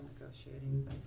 negotiating